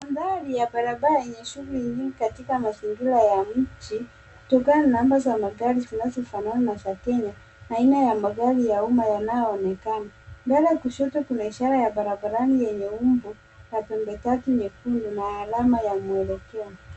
Mandhari ya barabara yenye shughuli nyingi katika mazingira ya mji kutokana na namba za magari zinazofanana na za Kenya, aina ya magari ya umma yanayoonekana. Mbele kushoto kuna ishara ya barabarani yenye umbo ya pembe tatu nyekundu na alama ya mwelekeo.